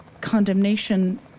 condemnation